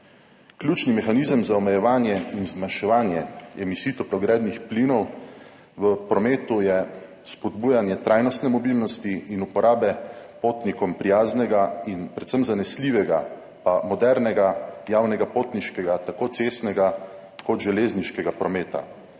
Ključni mehanizem za omejevanje in zmanjševanje emisij toplogrednih plinov v prometu je spodbujanje trajnostne mobilnosti in uporabe potnikom prijaznega in predvsem zanesljivega ter modernega javnega tako cestnega kot železniškega potniškega